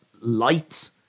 light